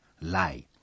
lie